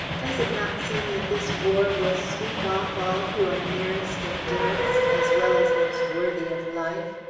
does it not seem that this war will sweep off all who are nearest and dearest, as well as most worthy of life,